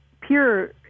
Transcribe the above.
pure